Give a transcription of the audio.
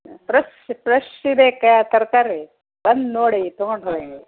fresh fresh ಇದೆ ಕಾ ತರಕಾರಿ ಬಂದು ನೋಡಿ ತಗೊಂಡು ಹೋಗಿ